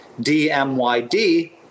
DMYD